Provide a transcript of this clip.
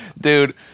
dude